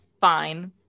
fine